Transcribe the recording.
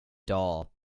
doll